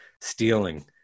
stealing